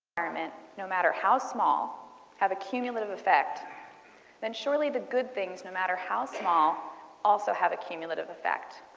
um and no matter how small have a cumulative effect then surely the good things, no matter how small also have a cumulative effect.